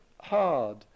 hard